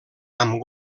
amb